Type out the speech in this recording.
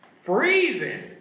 freezing